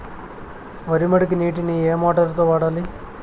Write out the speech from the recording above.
వరి మడికి నీటిని ఏ మోటారు తో వాడాలి?